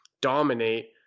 dominate